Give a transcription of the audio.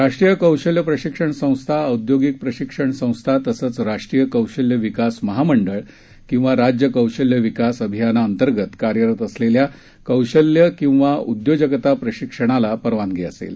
राष्ट्रीय कौशल्य प्रशिक्षण संस्था औदयोगिक प्रशिक्षण संस्था तसंच राष्ट्रीय कौशल्य विकास महामंडळ किंवा राज्य कौशल्य विकास अभियानांतर्गत कार्यरत असलेल्या कौशल्य किंवा उद्योजकता प्रशिक्षणाला परवानगी असेल